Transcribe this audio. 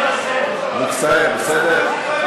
אני מצטער, בסדר?